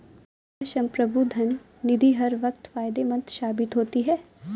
क्या संप्रभु धन निधि हर वक्त फायदेमंद साबित होती है?